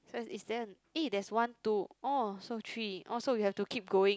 is there eh there's one two orh so three orh so we have to keep going